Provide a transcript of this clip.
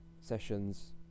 sessions